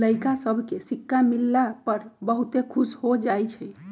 लइरका सभके सिक्का मिलला पर बहुते खुश हो जाइ छइ